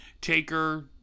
Taker